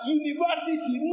university